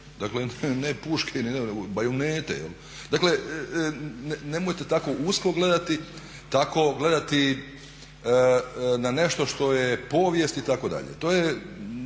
Dakle, ne puške nego bajunete. Dakle, nemojte tako usko gledati, tako gledati na nešto što je povijest itd. To je